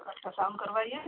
ultrasound करवाइए